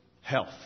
health